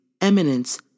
eminence